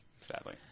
Sadly